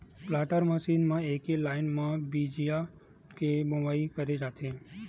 planter machine म एके line म बीजहा के बोवई करे जाथे